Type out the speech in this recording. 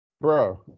bro